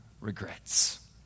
regrets